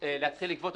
להתחיל לגבות,